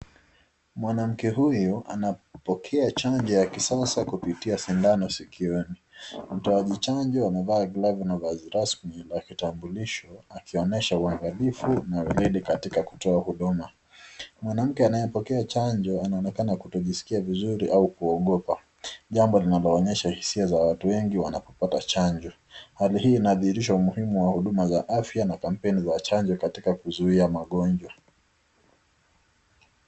Mwanamke huyu anapokea chanjo ya kisasa kupitia sindano sikioni .Mtoaji chanjo amevaa glavu na vazi rasmi la kitambulisho, akionyesha uangalifu na uridhi katika kutoa huduma .Mwanamke anaye pokea chanjo anaonekana kutojisikia vizuri au kuogopa, jambo linaloonyesha hisia za watu wengi wanapopata chanjo. Hali inathirisha umuhimu wa huduma za afya na Campaign za chanjo katika kuzuilia magonjwa.